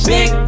Big